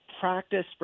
practice